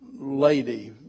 Lady